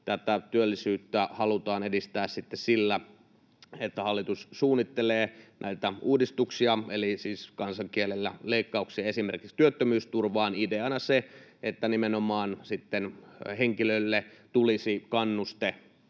työllisyyttä halutaan edistää sillä, että hallitus suunnittelee näitä uudistuksia — eli siis kansankielellä leikkauksia — esimerkiksi työttömyysturvaan ideanaan se, että sitten henkilölle nimenomaan tulisi kannuste